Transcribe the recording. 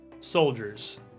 soldiers